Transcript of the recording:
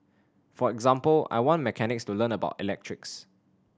for example I want mechanics to learn about electrics